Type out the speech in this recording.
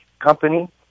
company